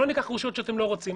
לא ניקח רשויות שאתם לא רוצים.